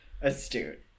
astute